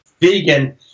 vegan